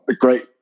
great